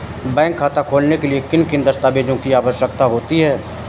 Bank खाता खोलने के लिए किन दस्तावेजों की आवश्यकता होती है?